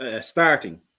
starting